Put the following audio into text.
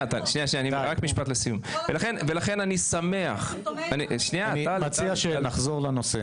אני שמח ------ אני מציע שנחזור לנושא.